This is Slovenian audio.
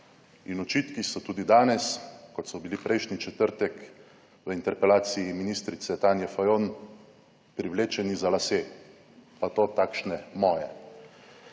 In očitki so tudi danes, kot so bili prejšnji četrtek v interpelaciji ministrice Tanje Fajon, privlečeni za lase, pa to takšne, moje.